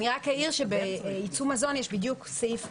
אני אעיר שבייצוא מזון יש בדיוק סעיף כזה.